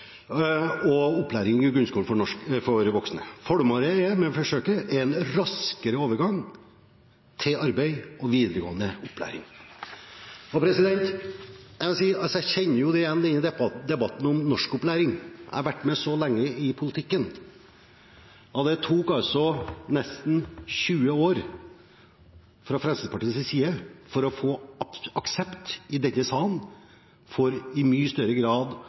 og samfunnskunnskap, og grunnskole for voksne. Formålet med forsøket er en raskere overgang til arbeid og videregående opplæring. Jeg kjenner igjen debatten om norskopplæring – jeg har vært med så lenge i politikken. Det tok altså nesten 20 år for Fremskrittspartiet å få aksept i denne salen for tvungen norskopplæring i mye større grad.